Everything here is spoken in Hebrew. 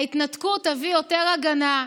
ההתנתקות תביא יותר הגנה,